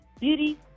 beauty